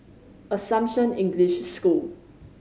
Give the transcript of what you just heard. Assumption English School